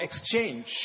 exchange